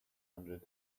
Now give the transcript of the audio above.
hundred